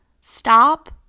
Stop